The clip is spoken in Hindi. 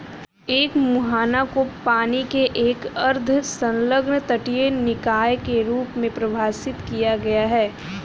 एक मुहाना को पानी के एक अर्ध संलग्न तटीय निकाय के रूप में परिभाषित किया गया है